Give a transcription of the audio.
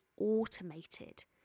automated